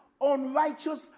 unrighteous